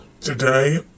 Today